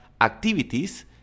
activities